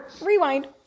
Rewind